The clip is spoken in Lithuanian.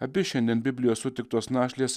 abi šiandien biblijos sutiktos našlės